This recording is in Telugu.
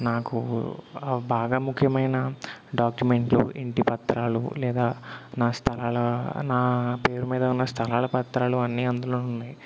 నాకు బాగా ముఖ్యమైన డాక్యుమెంట్లు ఇంటి పత్రాలు లేదా నా స్థలాల నా పేరు మీద ఉన్న స్థలాల పత్రాలు అన్నీ అందులోనున్నాయి